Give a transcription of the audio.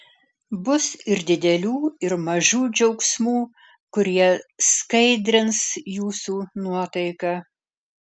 bus ir didelių ir mažų džiaugsmų kurie skaidrins jūsų nuotaiką